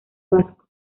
vasco